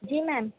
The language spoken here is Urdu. جی میم